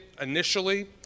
initially